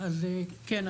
כן,